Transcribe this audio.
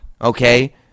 Okay